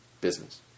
business